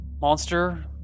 monster